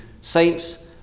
saints